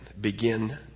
begin